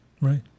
Right